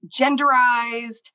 genderized